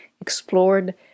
explored